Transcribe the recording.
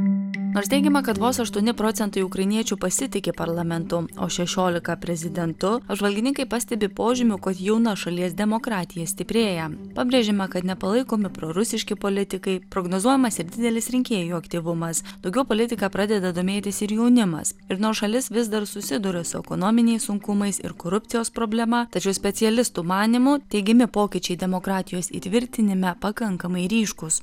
nors teigiama kad vos aštuoni procentai ukrainiečių pasitiki parlamentu o šešiolika prezidentu apžvalgininkai pastebi požymių kad jauna šalies demokratija stiprėja pabrėžiama kad nepalaikomi prorusiški politikai prognozuojamas ir didelis rinkėjų aktyvumas daugiau politika pradeda domėtis ir jaunimas ir nors šalis vis dar susiduria su ekonominiais sunkumais ir korupcijos problema tačiau specialistų manymu teigiami pokyčiai demokratijos įtvirtinime pakankamai ryškūs